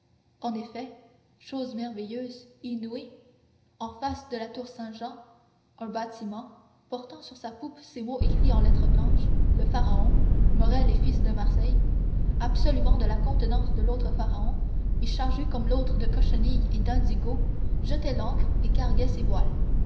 en effet chose merveilleuse inouïe en face de la tour saint-jean un bâtiment portant sur sa poupe ces mots écrits en lettres blanches le pharaon morrel et fils de marseille absolument de la contenance de l'autre pharaon et chargé comme l'autre de cochenille et d'indigo jetait l'ancre et carguait ses voiles